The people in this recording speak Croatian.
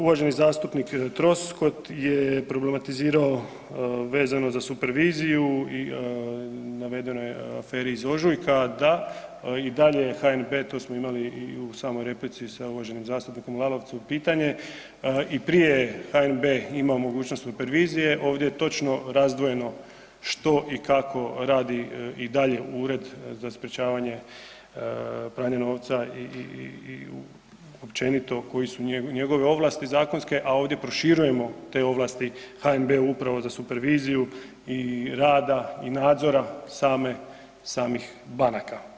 Uvaženi zastupnik Troskot je problematizirao vezano za superviziju i navedenoj aferi iz ožujka da i dalje HNB, to smo imali i u samoj replici sa uvaženim zastupnikom Lalovcem pitanje, i prije je HNB imao mogućnost supervizije, ovdje je točno razdvojeno što i kako radi i dalje Ured za sprječavanje pranja novca i općenito koji su njegove ovlasti zakonske, a ovdje proširujemo te ovlasti HNB-a upravo za superviziju i rada i nadzora same, samih banaka.